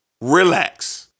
Relax